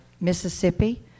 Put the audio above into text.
Mississippi